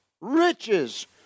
riches